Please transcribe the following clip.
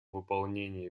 выполнение